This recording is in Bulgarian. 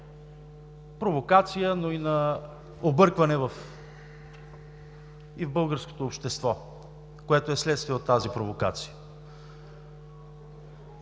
провокация, но и на объркване в българското общество, което е следствие от тази провокация.